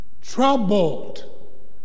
Troubled